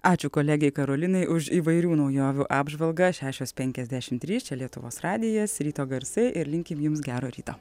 ačiū kolegei karolinai už įvairių naujovių apžvalgą šešios penkiasdešim trys čia lietuvos radijas ryto garsai ir linkim jums gero ryto